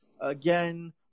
again